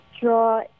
draw